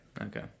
Okay